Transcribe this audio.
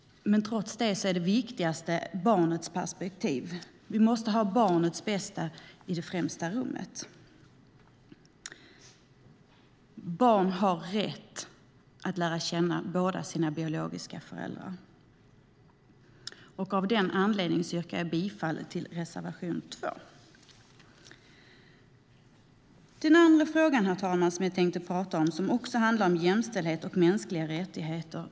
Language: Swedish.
Men trots detta är barnets perspektiv det viktigaste. Vi måste ha barnets bästa i främsta rummet. Barn har rätt att lära känna båda sina biologiska föräldrar. Av denna anledning yrkar jag bifall till reservation 2. Den andra frågan som jag tänkte ta upp handlar också om jämställdhet och mänskliga rättigheter.